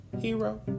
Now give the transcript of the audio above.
Hero